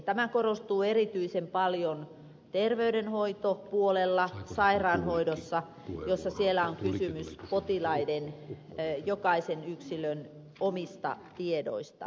tämä korostuu erityisen paljon terveydenhoitopuolella sairaanhoidossa jossa on kysymys potilaiden jokaisen yksilön omista tiedoista